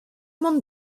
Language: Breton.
mont